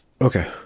Okay